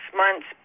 months